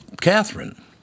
Catherine